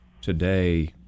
today